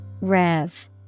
Rev